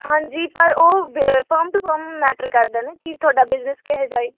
ਹਾਂਜੀ ਪਰ ਉਹ ਬ ਫਰਮ ਟੂ ਫਰਮ ਮੈਟਰ ਕਰਦਾ ਨਾ ਕਿ ਤੁਹਾਡਾ ਬਿਜ਼ਨਸ ਕਿਹੋ ਜਿਹਾ ਹੈ